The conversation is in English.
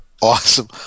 awesome